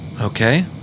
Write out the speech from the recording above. Okay